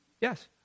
yes